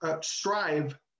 strive